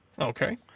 Okay